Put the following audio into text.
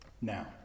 Now